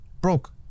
broke